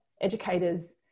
educators